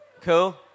Cool